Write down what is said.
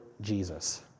Jesus